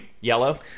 yellow